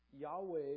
Yahweh